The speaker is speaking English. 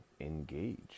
engage